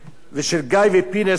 אני לא יודע מה יש שם בתוכנית